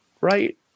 Right